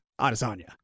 Adesanya